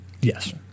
yes